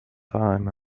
time